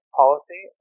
policy